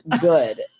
good